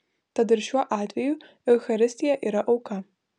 tad ir šiuo atveju eucharistija yra auka